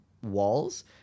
walls